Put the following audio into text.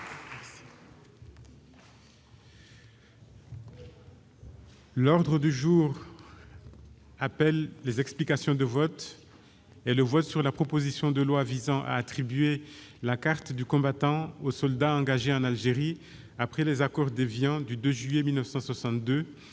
L'ordre du jour appelle les explications de vote et le vote sur la proposition de loi visant à attribuer la carte du combattant aux soldats engagés en Algérie après les accords d'Évian, du 2 juillet 1962